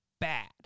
bad